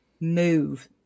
move